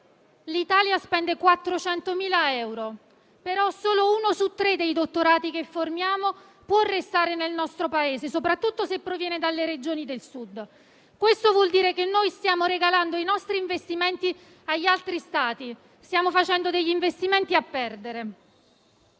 l'Italia spende 400.000 euro, ma solo uno su tre dei dottorati che formiamo può restare nel nostro Paese, soprattutto se proviene dalle Regioni del Sud. Questo vuol dire che noi stiamo regalando i nostri investimenti agli altri Stati, stiamo facendo degli investimenti a perdere.